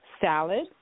salad